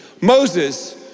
Moses